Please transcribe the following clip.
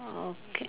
okay